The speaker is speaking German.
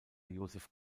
joseph